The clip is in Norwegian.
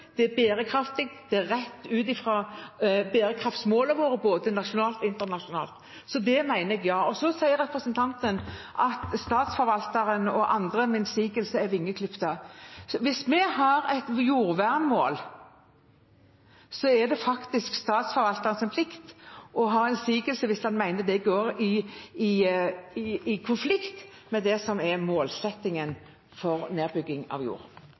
internasjonalt. Så der mener jeg ja. Så sier representanten at statsforvalterne og andre med innsigelse er vingeklippet. Hvis vi har et jordvernmål, er det faktisk statsforvalternes plikt å bruke innsigelse hvis de mener det er i konflikt med målsettingen i forhold til nedbygging av jord – eller omdisponering. Replikkordskiftet er